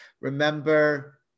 Remember